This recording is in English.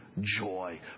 joy